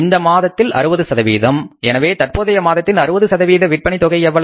இந்த மாதத்தில் 60 சதவீதம் எனவே தற்போதைய மாதத்தின் 60 சதவீத விற்பனை தொகை எவ்வளவு